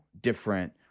different